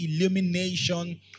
illumination